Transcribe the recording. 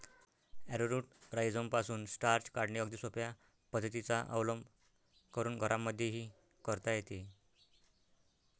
arrowroot राईझोमपासून starch काढणे अगदी सोप्या पद्धतीचा अवलंब करून घरांमध्येही करता येते